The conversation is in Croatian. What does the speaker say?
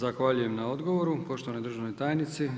Zahvaljujem na odgovoru poštovanoj državni tajnici.